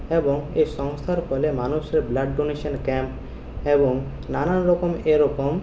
এবং এই সংস্থার ফলে মানুষের ব্লাড ডোনেশন ক্যাম্প এবং নানানরকম এরকম